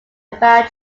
about